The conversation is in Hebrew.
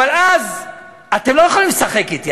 אבל אז אתם לא יכולים לשחק אתי,